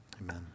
amen